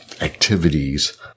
activities